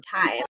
time